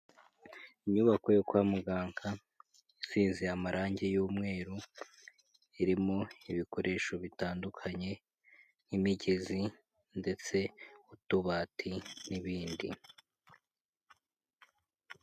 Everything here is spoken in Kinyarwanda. Inyubako yo kwa muganga, isinze amarangi y'umweru, irimo ibikoresho bitandukanye, nk'imigezi ndetse utubati n'ibindi.